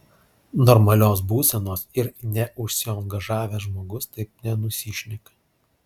normalios būsenos ir neužsiangažavęs žmogus taip nenusišneka